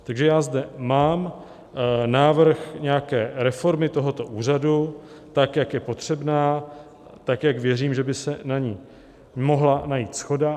Takže já zde mám návrh nějaké reformy tohoto úřadu, tak jak je potřebná, tak jak věřím, že by se na ni mohla najít shoda.